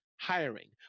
hiring